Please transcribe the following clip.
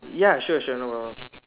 ya sure sure no problem